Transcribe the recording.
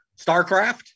StarCraft